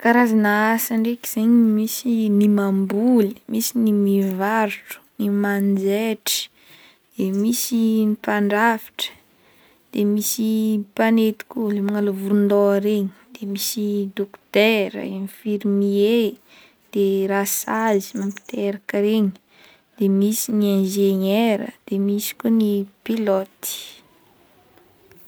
Karazagna asa ndraiky zegny misy ny mamboly, misy ny mivarotro, ny manjaitry, de misy mpandrafitra, de misy mpanety koa le manala volondôha regny de misy dokotaira, infirmier, de rasazy mampiteraka regny de misy ny ingeniaira de misy koa ny pilote.